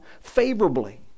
favorably